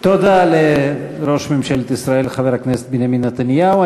תודה לראש ממשלת ישראל חבר הכנסת בנימין נתניהו.